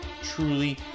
truly